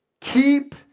Keep